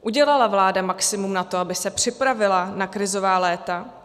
Udělala vláda maximum na to, aby se připravila na krizová léta?